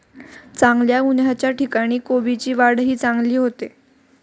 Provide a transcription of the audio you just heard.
चांगल्या उन्हाच्या ठिकाणी कोबीची वाढही चांगली होते